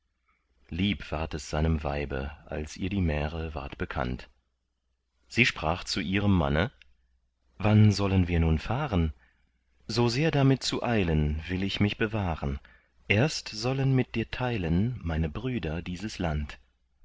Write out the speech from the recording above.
lieb ward es seinem weibe als ihr die märe ward bekannt sie sprach zu ihrem manne wann sollen wir nun fahren so sehr damit zu eilen will ich mich bewahren erst sollen mit dir teilen meine brüder dieses land